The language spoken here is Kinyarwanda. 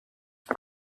aba